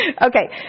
Okay